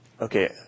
Okay